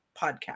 podcast